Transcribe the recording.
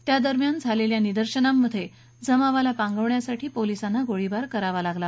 त्यादरम्यान झालेल्या निदर्शनांमध्ये जमावाला पांगवण्यासाठी पोलिसांना गोळीबार करावा लागला